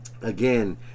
again